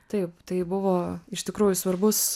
taip tai buvo iš tikrųjų svarbus